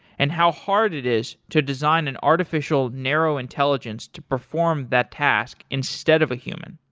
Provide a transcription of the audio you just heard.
and how hard it is to design an artificial narrow intelligence to perform that task instead of a human.